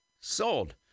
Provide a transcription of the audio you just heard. sold